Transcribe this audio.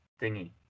thingy